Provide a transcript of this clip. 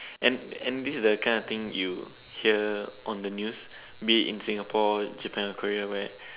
and and this is the kind of thing you hear on the news be it in Singapore Japan or Korea where